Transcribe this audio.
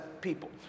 people